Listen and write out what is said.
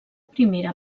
primera